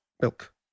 milk